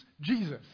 Jesus